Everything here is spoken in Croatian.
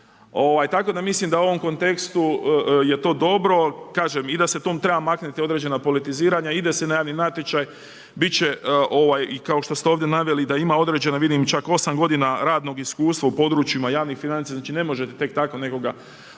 Tako da mislim, da u tom kontekstu je to dobro i da se tom treba maknuti određena politiziranja ide se na javni natječaj, biti će kao što ste to ovdje naveli, da ima određena vidim čak 8 g. radna iskustva u područjima javnih financija. Znači ne možete tek tako nekoga postaviti,